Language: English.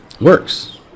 works